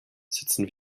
sitzen